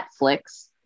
Netflix